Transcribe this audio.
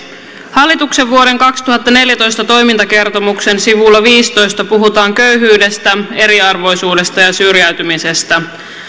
hallituksen vuoden kaksituhattaneljätoista toimintakertomuksen sivulla viiteentoista puhutaan köyhyydestä eriarvoisuudesta ja syrjäytymisestä